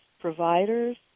providers